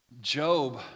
Job